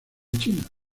china